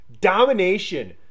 domination